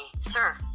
sir